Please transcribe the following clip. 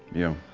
yeah.